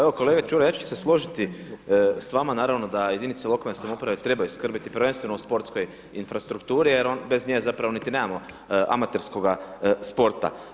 Evo, kolega Ćuraj ja ću složiti s vama naravno da jedinice lokalne samouprave trebaju skrbiti prvenstveno o sportskoj infrastrukturi jer bez nje zapravo niti nemamo amaterskoga sporta.